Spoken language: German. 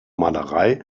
malerei